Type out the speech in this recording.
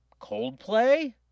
Coldplay